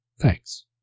thanks